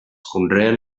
conreen